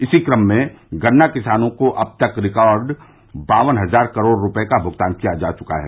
इसी क्रम में गन्ना किसानों को अब तक रिकार्ड बावन हज़ार करोड़ रूपये का भुगतान किया जा चुका है